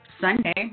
Sunday